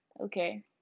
Okay